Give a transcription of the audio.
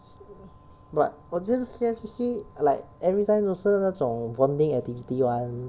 but 我觉得 C_M_C_C like everytime 都是那种 bonding activity [one]